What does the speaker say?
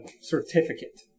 certificate